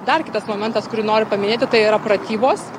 dar kitas momentas kurį noriu paminėti tai yra pratybos